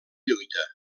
lluita